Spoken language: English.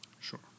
Sure